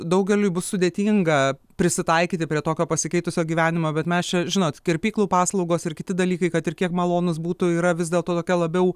daugeliui bus sudėtinga prisitaikyti prie tokio pasikeitusio gyvenimo bet mes čia žinot kirpyklų paslaugos ir kiti dalykai kad ir kiek malonūs būtų yra vis dėlto yra tokia labiau